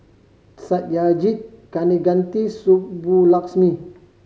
Satyajit Kaneganti Subbulakshmi